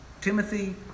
Timothy